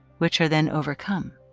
which are then overcome.